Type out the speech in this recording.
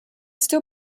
still